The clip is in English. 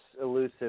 elusive